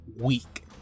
weak